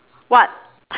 what